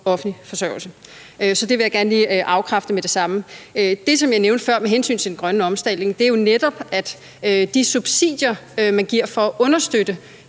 offentlig forsørgelse. Så det vil jeg gerne lige afkræfte med det samme. Det, som jeg nævnte før, med hensyn til den grønne omstilling er jo netop, at de subsidier, man giver for at understøtte